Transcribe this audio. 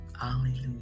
Hallelujah